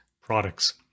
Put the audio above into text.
products